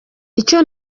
icyo